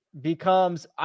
becomes